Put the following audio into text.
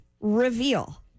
reveal